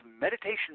meditation